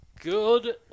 Good